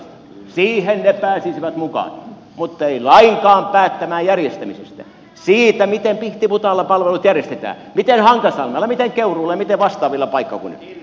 siihen ne pääsisivät mukaan mutta eivät lainkaan päättämään järjestämisestä siitä miten pihtiputaalla palvelut järjestetään miten hankasalmella miten keuruulla ja miten vastaavilla paikkakunnilla